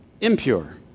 Impure